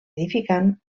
edificant